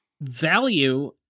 Value